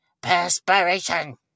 Perspiration